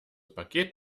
paket